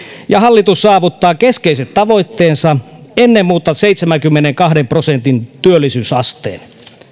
ja hallitus saavuttaa keskeiset tavoitteensa ennen muuta seitsemänkymmenenkahden prosentin työllisyysasteen